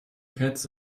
cats